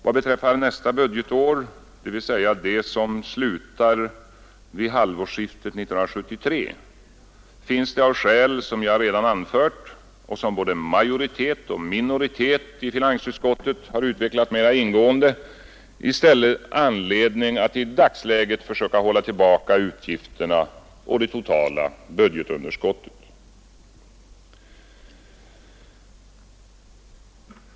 Vad beträffar nästa budgetår, dvs. det som slutar vid halvårsskiftet 1973, finns det av skäl som jag redan anfört och som både majoriteten och minoriteten i finansutskottet utvecklat mera ingående i stället anledning att i dagsläget försöka hålla tillbaka utgifterna och det totala budgetunderskottet.